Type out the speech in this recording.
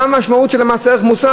מה המשמעות של מס ערך מוסף?